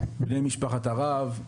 בני משפחת הרב,